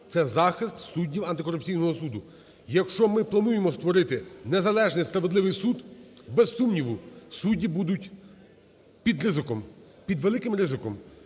це захист суддів антикорупційного суду. Якщо ми плануємо створити незалежний справедливий суд, без сумніву, судді будуть під ризиком, під великим ризиком.